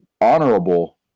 honorable